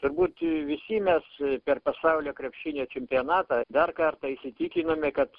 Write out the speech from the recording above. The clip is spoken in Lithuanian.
turbūt visi mes per pasaulio krepšinio čempionatą dar kartą įsitikinome kad